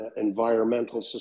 environmental